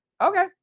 Okay